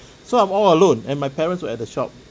so I'm all alone and my parents were at the shop